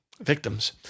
victims